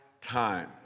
time